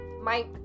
Mike